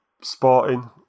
sporting